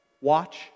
Watch